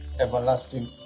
everlasting